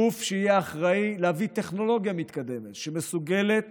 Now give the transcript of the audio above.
גוף שיהיה אחראי להביא טכנולוגיה מתקדמת שמסוגלת